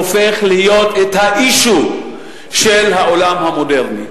הופך להיות ה-issue של העולם המודרני.